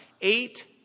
Eight